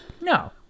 No